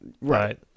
Right